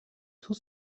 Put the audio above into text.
too